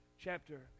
chapter